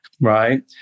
right